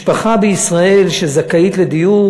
משפחה בישראל שזכאית לדיור